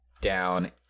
down